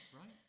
right